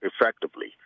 effectively